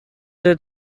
der